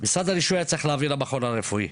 ומשרד הרישוי היה צריך להעביר למכון הרפואי.